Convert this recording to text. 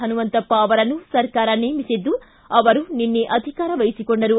ಹನುಮಂತಪ್ಪ ಅವರನ್ನು ಸರ್ಕಾರ ನೇಮಿಸಿದ್ದು ಅವರು ನಿನ್ನೆ ಅಧಿಕಾರ ವಹಿಸಿಕೊಂಡರು